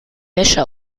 wäsche